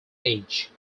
age